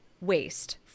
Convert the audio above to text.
waste